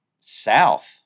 South